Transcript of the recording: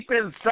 inside